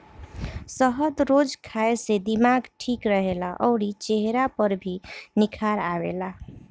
शहद रोज खाए से दिमाग ठीक रहेला अउरी चेहरा पर भी निखार आवेला